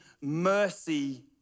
mercy